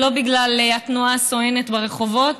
זה לא בגלל התנועה הסואנת ברחובות,